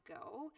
go